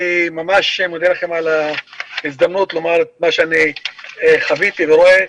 אני ממש מודה לכם על ההזדמנות לומר את מה שחוויתי ואני רואה.